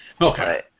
Okay